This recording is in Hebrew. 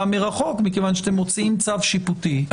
מרחוק מכיוון שאתם מוציאים צו שיפוטי,